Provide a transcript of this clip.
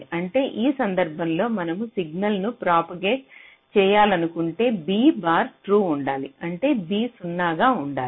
అంటే ఈ సందర్భంలో మనము సిగ్నల్ను ప్రాపగేట్ చేయాలనుకుంటే b బార్ ట్రూ ఉండాలి అంటే b 0 గా ఉండాలి